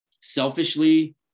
selfishly